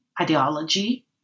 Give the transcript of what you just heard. ideology